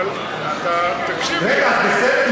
אדוני השר, תקבל את ההצעה שלו.